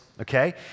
Okay